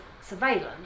surveillance